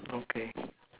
okay